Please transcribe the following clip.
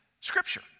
scripture